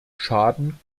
schaden